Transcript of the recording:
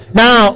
now